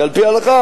כי על-פי ההלכה,